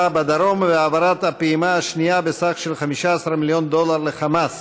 בדרום והעברת הפעימה השנייה בסך של 15 מיליון דולר לחמאס.